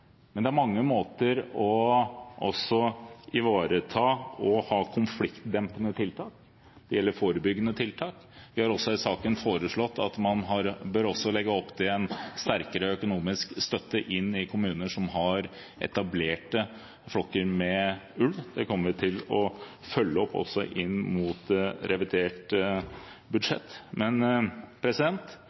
men det er mange måter å ivareta og ha konfliktdempende tiltak på. Det gjelder forebyggende tiltak, og vi har i saken foreslått at man også bør legge opp til en sterkere økonomisk støtte inn i kommuner som har etablerte flokker med ulv. Det kommer vi til å følge opp inn mot revidert budsjett. Men